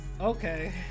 okay